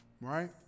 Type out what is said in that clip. right